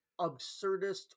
absurdist